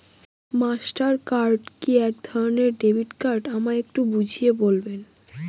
Master card কি একধরণের debit card আমায় একটু বুঝিয়ে বলবেন?